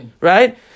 right